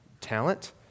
talent